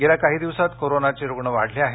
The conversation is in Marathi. गेल्या काही दिवसांत कोरोना रुग्ण वाढले आहेत